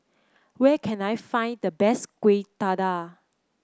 where can I find the best Kueh Dadar